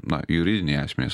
na juridiniai asmenys